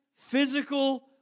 Physical